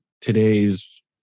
today's